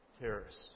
terrorists